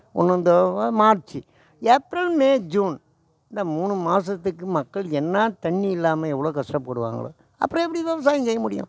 இன்னும் இந்த March April May June இந்த மூணு மாதத்துக்கு மக்கள் என்ன தண்ணி இல்லாமல் எவ்வளோ கஷ்டப்படுவாங்களோ அப்புறம் எப்படி விவசாயம் செய்ய முடியும்